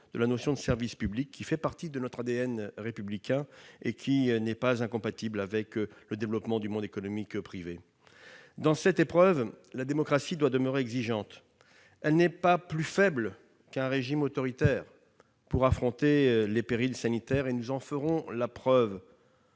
de la notion de service public, qui fait partie de notre ADN républicain et n'est pas incompatible avec le développement du monde économique privé. Dans cette épreuve, la démocratie doit demeurer exigeante. Elle n'est pas plus faible qu'un régime autoritaire quand il faut affronter les périls sanitaires. Nous en ferons la preuve,